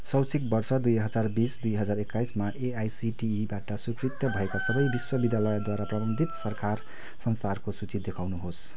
शैक्षिक वर्ष दुई हजार बिस दुई हजार एक्काइसमा एआइसिटिईबाट स्वीकृत भएका सबै विश्वविद्यालयद्वारा प्रबन्धित सरकार संस्थानहरूको सूची देखाउनुहोस्